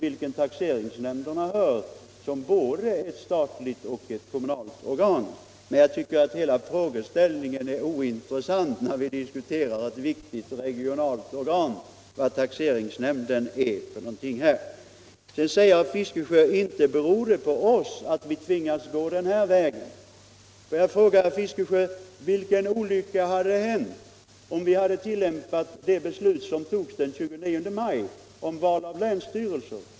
De är både statliga och kommunala organ. Men jag tycker att hela den frågeställningen är ointressant när vi diskuterar ett viktigt regionalt organ. Sedan säger herr Fiskesjö: Inte beror det på oss att vi har tvingats gå denna väg. Vilken olycka hade hänt om vi hade tillämpat det beslut som togs den 25 maj om val till länsstyrelser?